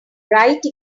write